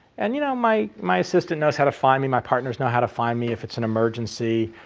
and you know my my assistant knows how to find me, my partners know how to find me if it's an emergency,